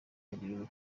agira